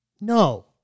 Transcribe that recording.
No